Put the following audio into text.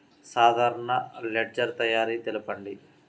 సాధారణ లెడ్జెర్ తయారి తెలుపండి?